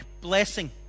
blessing